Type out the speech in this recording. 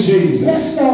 Jesus